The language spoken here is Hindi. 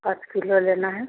पाँच किलो लेना है